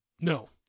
No